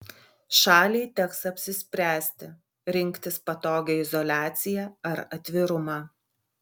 šaliai teks apsispręsti rinktis patogią izoliaciją ar atvirumą